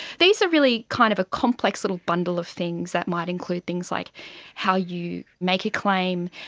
these are really kind of a complex little bundle of things that might include things like how you make a claim,